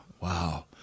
wow